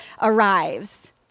arrives